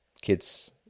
kids